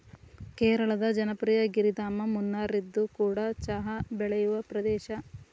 ಕೇರಳದ ಜನಪ್ರಿಯ ಗಿರಿಧಾಮ ಮುನ್ನಾರ್ಇದು ಕೂಡ ಚಹಾ ಬೆಳೆಯುವ ಪ್ರದೇಶ